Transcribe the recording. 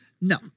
No